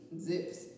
Zips